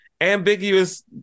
ambiguous